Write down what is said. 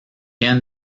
end